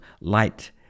light